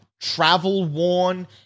travel-worn